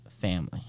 family